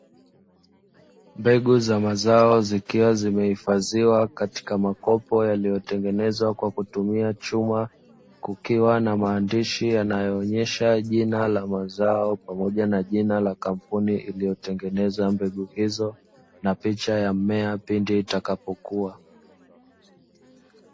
Mbegu za mazao zikiwa zimehifadhiwa katika makopo yaliyo tengeezwa kwa kutumia chuma kukiwa na maandishi, yanayoonyesha jina la mazao pamoja na jina la kampuni iliyo tengeneza mbegu hizo, na picha ya mmea pindi itakapokua.